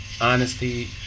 honesty